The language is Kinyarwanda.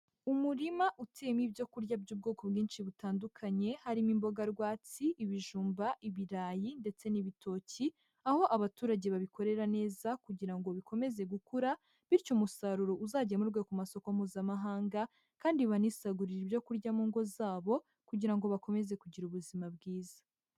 Umurima uteyemo ibyo kurya by'ubwoko bwinshi butandukanye, harimo imboga rwatsi, ibijumba, ibirayi ndetse n'ibitoki, aho abaturage babikorera neza kugira ngo bikomeze gukura bityo umusaruro uzagemurwe ku masoko mpuzamahanga kandi banisagurire ibyo kurya mu ngo zabo kugira ngo bakomeze kugira ubuzima bwiza.